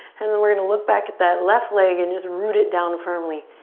and then we're gonna look back at that left leg and just root it down firmly.